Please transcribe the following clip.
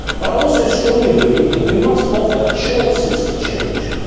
but i also strongly believe that we must offer chances to change,